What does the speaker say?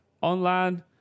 online